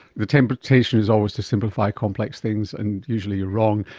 the temptation is always to simplify complex things and usually you're wrong,